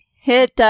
hit